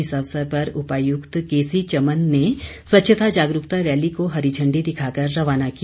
इस अवसर पर उपायुक्त के सी चमन ने स्वच्छता जागरूकता रैली को हरी झंडी दिखाकर रवाना किया